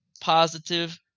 positive